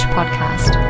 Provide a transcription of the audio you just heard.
Podcast